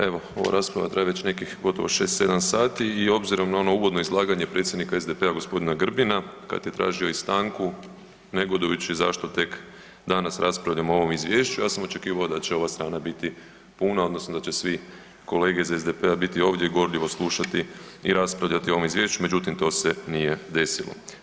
Evo ova rasprava traje već nekih gotovo 6, 7 sati i obzirom na ono uvodno izlaganje predsjednika SDP-a g. Grbina kad je tražio i stanku negodujući zašto tek danas raspravljamo o ovom Izvješću, ja sam očekivao da će ova strana biti puno, odnosno da će svi iz SDP-a biti ovdje i gorljivo slušati i raspravljati o ovom izvješću, međutim, to se nije desilo.